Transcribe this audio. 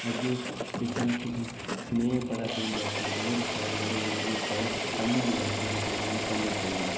अग्गें दिक्खना असें कि कनेह् पढ़ा दे न जागत होर शैल पढ़न पढ़ने आह्ले जागत न जेह्के इ''नेंगी पढ़ना चाहिदा